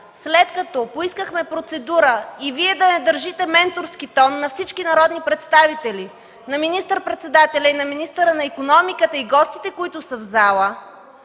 след като поискахме процедура и Вие държите менторски тон на всички народни представители, на министър-председателя, на министъра на икономиката и гостите, които са в залата,